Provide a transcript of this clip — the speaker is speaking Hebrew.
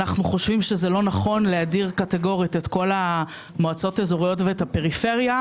אנו חושבים שלא נכון להדיר קטגורית את כל המועצות האזוריות והפריפריה.